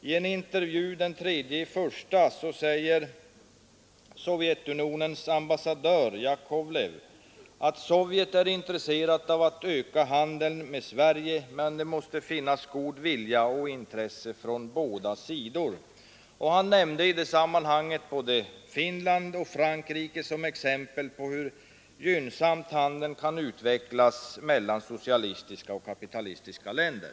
I en intervju den 3 januari säger Sovjetunionens ambassadör Jakovlev, att ”Sovjet är intresserat av att öka handeln med Sverige, men det måste finnas god vilja och intresse från båda sidor”. Han nämnde i detta sammanhang både Finland och Frankrike som exempel på hur gynnsamt handeln kan utvecklas mellan socialistiska och kapitalistiska länder.